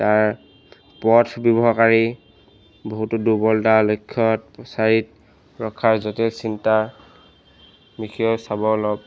তাৰ পথ ব্যৱহাকাৰী বহুতো দুৰ্বলতা লক্ষ্যত প্ৰচাৰিত ৰক্ষাৰ জটিল চিন্তা বিষয়েও চাব অলপ